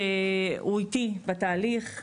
שהוא איתי בתהליך.